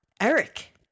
Eric